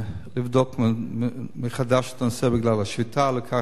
מחדש את הנושא, בגלל השביתה, כך שהמשרד היה מגויס,